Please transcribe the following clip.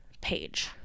page